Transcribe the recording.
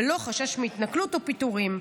בלא חשש מהתנכלות או מפיטורין,